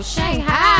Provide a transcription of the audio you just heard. Shanghai